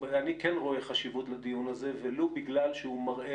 אני כן רואה חשיבות לדיון הזה ולו בגלל שהוא מראה